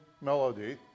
melody